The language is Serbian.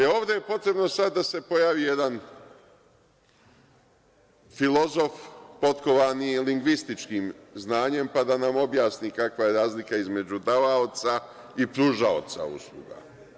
Ovde je potrebno sad da se pojavi jedan filozof, potkovani lingvističkim znanjem pa da nam objasni kakva je razlika između davaoca i pružaoca usluga.